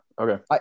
Okay